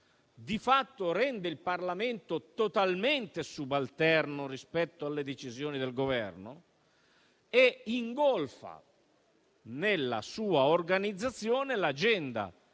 di fatto rende il Parlamento totalmente subalterno rispetto alle decisioni del Governo e ingolfa, nella sua organizzazione, l'agenda